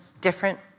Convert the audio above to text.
different